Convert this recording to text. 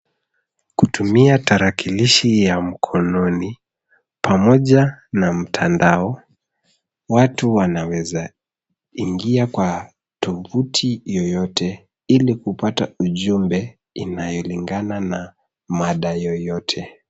Kutumia tarakilishi ya mkononi pamoja na mtandao watu wanaweza ingia kwa tuvuti yeyote ili kupata ujumbe inayolingana na mada yeyote.